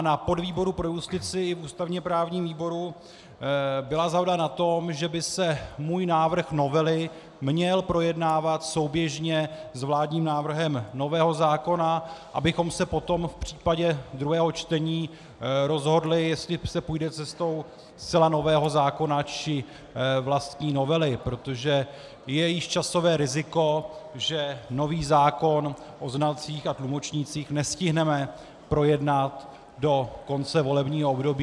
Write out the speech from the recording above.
Na podvýboru pro justici v ústavněprávním výboru byla shoda na tom, že by se můj návrh novely měl projednávat souběžně s vládním návrhem nového zákona, abychom se potom v případě druhého čtení rozhodli, jestli se půjde cestou zcela nového zákona, či vlastní novely, protože je již časové riziko, že nový zákon o znalcích a tlumočnících nestihneme projednat do konce volebního období.